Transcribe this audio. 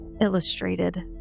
illustrated